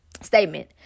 statement